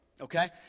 Okay